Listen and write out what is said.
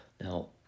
Now